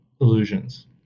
illusions